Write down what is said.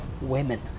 women